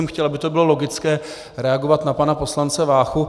Teď jsem chtěl, aby to bylo logické, reagovat na pana poslance Váchu.